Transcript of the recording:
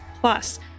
Plus